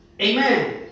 Amen